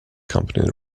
company